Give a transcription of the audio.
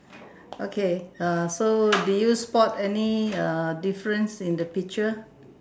okay err so do you spot any err difference in the picture